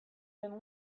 been